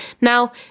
Now